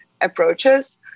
approaches